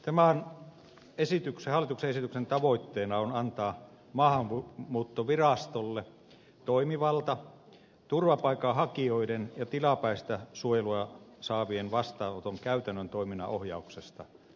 tämän hallituksen esityksen tavoitteena on antaa maahanmuuttovirastolle toimivalta turvapaikanhakijoiden ja tilapäistä suojelua saavien vastaanoton käytännön toiminnan ohjauksesta ja suunnittelusta